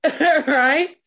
right